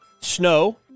Snow